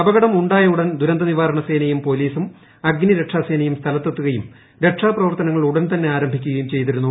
അപകടം ഉണ്ടായ ഉടൻ തന്നെ ദൂരന്തനിവാരണ സേനയും പോലീസും അഗ്നി അക്ഷാ സെനയും സ്ഥലത്തെത്തുകയും രക്ഷാപ്രവർത്തനങ്ങൾ ഉടൻതന്നെ ആരംഭിക്കുകയും ആയിരുന്നു